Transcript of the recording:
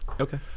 Okay